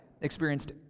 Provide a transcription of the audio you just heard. experienced